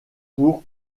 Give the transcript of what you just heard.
pour